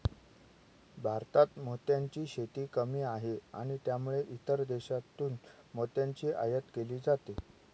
भारतात मोत्यांची शेती कमी आहे आणि त्यामुळे इतर देशांतून मोत्यांची आयात केली जाते